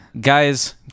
Guys